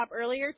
earlier